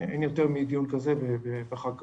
אין יותר מדיון כזה בחג כזה.